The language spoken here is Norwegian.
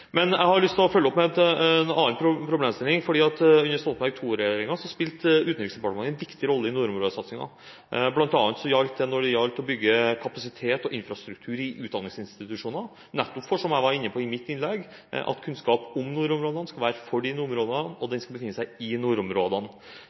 Jeg har lyst til å følge opp med en annen problemstilling: Under Stoltenberg II-regjeringen spilte Utenriksdepartementet en viktig rolle i nordområdesatsingen, bl.a. når det gjaldt å bygge kapasitet og infrastruktur i utdanningsinstitusjoner – nettopp for, som jeg var inne på i mitt innlegg, at kunnskap om nordområdene skal være for nordområdene, og den skal befinne seg i nordområdene. Eksempler på utfordringer og